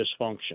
dysfunction